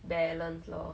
balance lor